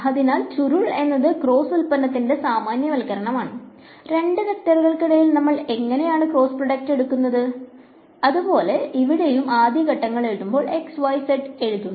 അതിനാൽ ചുരുൾ എന്നത് ക്രോസ് ഉൽപ്പന്നത്തിന്റെ സാമാന്യവൽക്കരണമാണ് രണ്ട് വെക്റ്ററുകൾക്കിടയിൽ നമ്മൾ എങ്ങനെയാണ് ക്രോസ് പ്രോഡക്റ്റ് എടുക്കുന്നതെന്ന് പോലെ ഇവിടെയും ആദ്യത്തെ ഘടകങ്ങൾ എഴുതുമ്പോൾ x y z എഴുതുന്നു